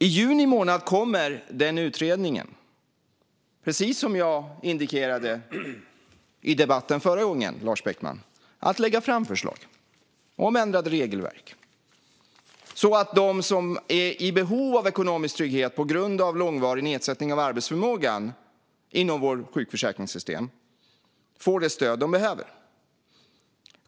I juni månad kommer den utredningen - precis som jag indikerade i debatten förra gången, Lars Beckman - att lägga fram förslag om ändrade regelverk. De som är i behov av ekonomisk trygghet på grund av långvarig nedsättning av arbetsförmågan ska inom vårt sjukförsäkringssystem få det stöd som de behöver.